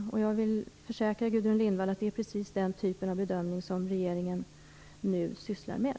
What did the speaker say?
Jag vill försäkra Gudrun Lindvall att det är precis den typen av bedömning som regeringen nu sysslar med.